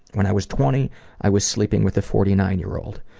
when i was twenty i was sleeping with a forty nine year old.